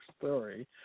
story